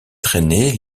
traînée